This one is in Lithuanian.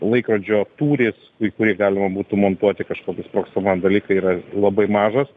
laikrodžio tūris į kurį galima būtų montuoti kažkokį sprogstamą dalyką yra labai mažas